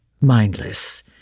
mindless